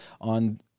on